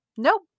Nope